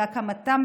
בהקמתם,